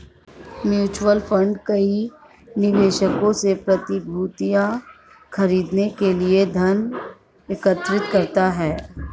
mutual fund कई निवेशकों से प्रतिभूतियां खरीदने के लिए धन एकत्र करता है